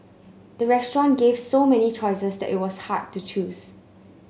the restaurant gave so many choices that it was hard to choose